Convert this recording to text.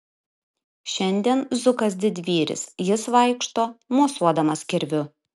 šiandien zukas didvyris jis vaikšto mosuodamas kirviu